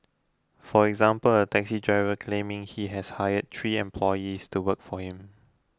for example a taxi driver claiming he has hired three employees to work for him